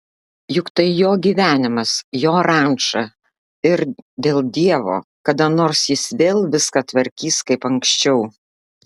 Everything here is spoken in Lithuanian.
juk tai jo gyvenimas jo ranča ir dėl dievo kada nors jis vėl viską tvarkys kaip anksčiau